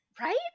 Right